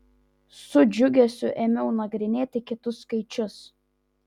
su džiugesiu ėmiau nagrinėti kitus skaičius